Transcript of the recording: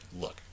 look